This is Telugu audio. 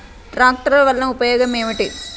ట్రాక్టర్లు వల్లన ఉపయోగం ఏమిటీ?